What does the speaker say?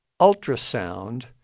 Ultrasound